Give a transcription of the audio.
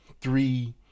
three